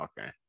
okay